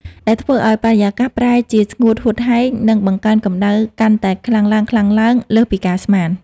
ដែលធ្វើឱ្យបរិយាកាសប្រែជាស្ងួតហួតហែង និងបង្កើនកម្ដៅកាន់តែខ្លាំងឡើងៗលើសពីការស្មាន។